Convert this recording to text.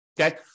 Okay